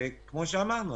כמו שאמרנו,